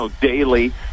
daily